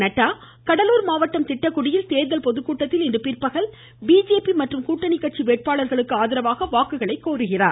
நட்டா கடலூர் மாவட்டம் திட்டக்குடியில் தேர்தல் பொதுக்கூட்டத்தில் இன்று பிற்பகல் பிஜேபி மற்றும் கூட்டணி கட்சி வேட்பாளருக்கு ஆதரவாக வாக்குகளை கோருகிறார்